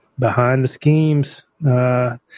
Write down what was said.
BehindTheSchemes